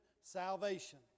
salvation